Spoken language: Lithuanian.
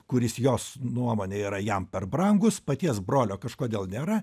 kuris jos nuomone yra jam per brangus paties brolio kažkodėl nėra